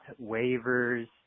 waivers